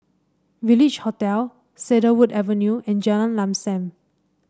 Village Hotel Cedarwood Avenue and Jalan Lam Sam